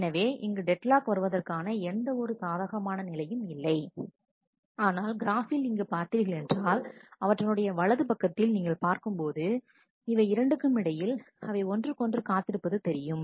எனவே இங்கு டெட்லாக் வருவதற்கான எந்த ஒரு சாதகமான நிலையும் இல்லை ஆனால் கிராஃபில் இங்கு பார்த்தீர்களென்றால் அவற்றினுடைய வலது பக்கத்தில் நீங்கள் பார்க்கும்போது இவை இரண்டுக்கும் இடையில் அவை ஒன்றுக்கொன்று காத்திருப்பது தெரியும்